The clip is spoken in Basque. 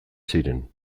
ziren